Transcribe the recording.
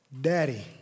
daddy